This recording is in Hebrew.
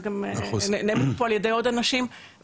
זה גם נאמר פה על ידי עוד אנשים ולגמרי,